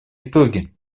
итоги